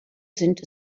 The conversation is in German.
sind